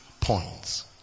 points